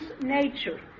nature